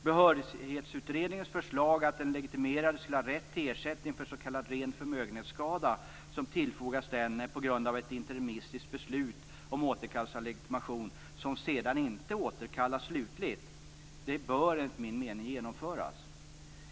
Behörighetsutredningens förslag, att den legitimerade skall ha rätt till ersättning för s.k. ren förmögenhetsskada som tillfogats denne på grund av ett interimistiskt beslut om återkallelse av legitimation, vilken sedan inte slutligt återkallas, bör enligt min mening genomföras.